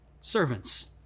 servants